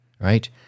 Right